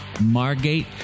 Margate